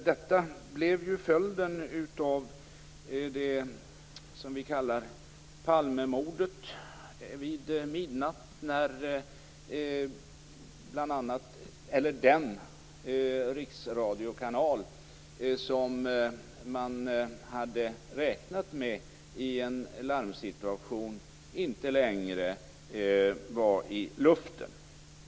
Det blev ju följden av det vi kallar Palmemordet, som skedde vid midnatt när den riksradiokanal som man hade räknat med i en larmsituation inte längre var ute i luften.